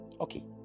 okay